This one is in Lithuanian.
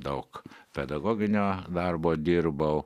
daug pedagoginio darbo dirbau